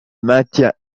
maintient